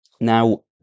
Now